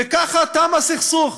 וככה תם הסכסוך.